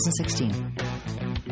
2016